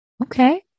Okay